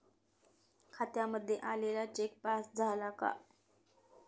खात्यामध्ये आलेला cheque pass झाला का?